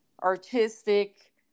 Artistic